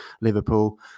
Liverpool